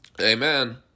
Amen